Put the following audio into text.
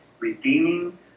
redeeming